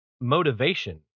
motivation